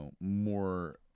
more